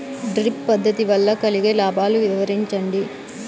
Drip పద్దతి వల్ల కలిగే లాభాలు వివరించండి?